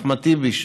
אחמד טיבי,